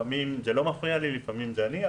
לפעמים זה לא מפריע לי ולפעמים זה אני.